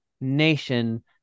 nation